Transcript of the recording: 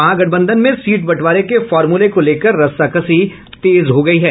महागठबंधन में सीट बंटवारे के फार्मूले को लेकर रस्साकसी तेज हो गयी है